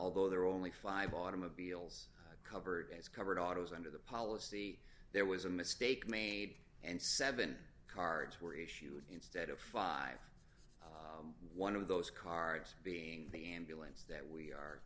although there are only five automobiles covered is covered autos under the policy there was a mistake made and seven cards were issued instead of fifty one dollars of those cards being the ambulance that we are